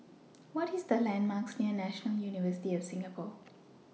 What Are The landmarks near National University of Singapore